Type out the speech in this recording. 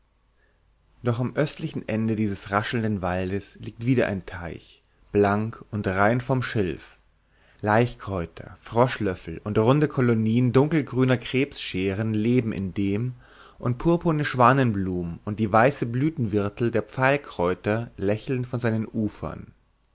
doch am östlichen ende dieses raschelnden waldes liegt wieder ein teich blank und rein vom schilf laichkräuter froschlöffel und runde kolonien dunkelgrüner krebsscheren leben in dem und purpurne schwanenblumen und die weißen blütenwirtel der pfeilkräuter lächeln von seinen ufern